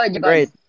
great